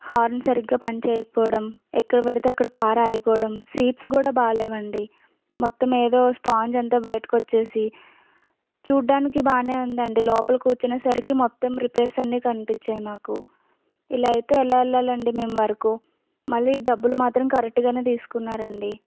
horn సరిగ్గా పని చేయకపోవడం ఎక్కడపడితే అక్కడ కారు ఆగిపోవడం సీట్స్ కూడా బాలేవండి మొత్తం ఏదో స్పాంజ్ అంతా బయటకొచ్చేసి చూడ్డానికి బానే ఉందండి లోపలికి కూర్చునే సరికి మొత్తం రిపేర్స్ అన్నీ కనిపించాయి మాకు ఇలా అయితే ఎలా వెళ్ళాలండి మేము అరకు మళ్ళీ డబ్బులు మాత్రం కరెక్ట్ గానే తీసుకున్నారండి